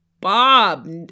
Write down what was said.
Bob